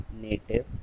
native